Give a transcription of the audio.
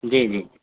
جی جی